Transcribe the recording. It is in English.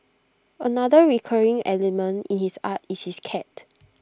another recurring element in his art is his cat